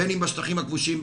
בין אם בשטחים הכבושים,